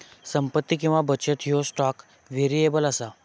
संपत्ती किंवा बचत ह्यो स्टॉक व्हेरिएबल असा